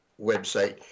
website